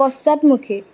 পশ্চাদমুখী